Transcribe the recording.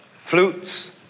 flutes